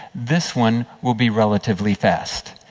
this one will be relatively fast.